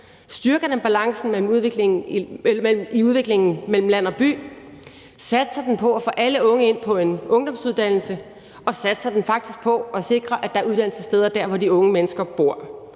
Styrker den balancen i udviklingen mellem land og by? Satser den på at få alle unge ind på en ungdomsuddannelse, og satser den faktisk på at sikre, at der er uddannelsessteder der, hvor de unge mennesker bor?